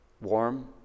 warm